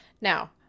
Now